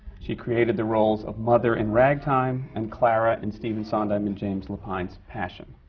she created the roles of mother in ragtime and clara in stephen sondheim and james lapine's passion.